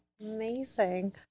amazing